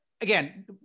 again